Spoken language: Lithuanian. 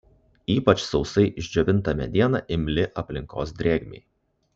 ypač sausai išdžiovinta mediena imli aplinkos drėgmei